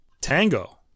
Tango